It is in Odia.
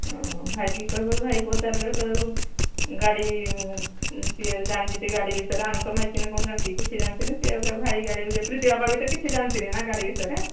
ହଁ ଭାଇକି କହିବ ଭାଇ ପଚାରିବେ ଗାଡ଼ି ସିଏ ଜାଣିଛନ୍ତି ଗାଡ଼ି ବିଷୟରେ ଆମେ ତ ମାଇକିନା କଣ ଜାଣିନ୍ତି କିଛି ଜାଣିନ୍ତିନି ସି ଭାଇ ଗାଡ଼ି ବି ପ୍ରିତି ବାପ ବି ତ କିଛି ଜାଣିନ୍ତିନି ନା ଗାଡ଼ି ବିଷୟରେ